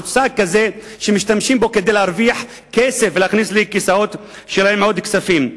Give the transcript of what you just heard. מוצג שמשתמשים בו כדי להרוויח כסף ולהכניס לכיסם עוד כספים.